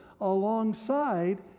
alongside